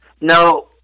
No